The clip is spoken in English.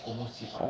almost 几百